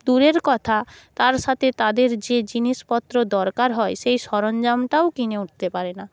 দূরের কথা তার সাথে তাদের যে জিনিসপত্র দরকার হয় সেই সরঞ্জামটাও কিনে উঠতে পারে না